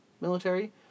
military